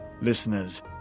listeners